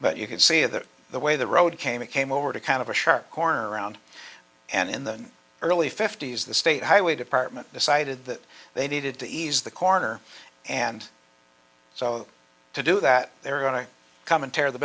but you could see that the way the road came it came over to kind of a sharp corner around and in the early fifty's the state highway department decided that they needed to ease the corner and so to do that they're going to come and tear the